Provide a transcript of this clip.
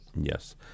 Yes